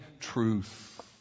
truth